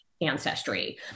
ancestry